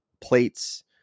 plates